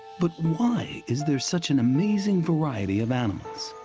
but why is there such an amazing variety of animals?